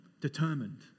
determined